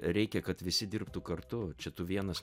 reikia kad visi dirbtų kartu čia tu vienas